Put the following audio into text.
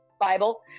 Bible